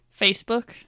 Facebook